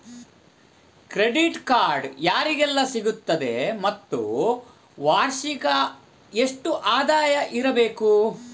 Credit card ಯಾರಿಗೆಲ್ಲ ಸಿಗುತ್ತದೆ ಮತ್ತು ವಾರ್ಷಿಕ ಎಷ್ಟು ಆದಾಯ ಇರಬೇಕು?